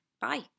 Bye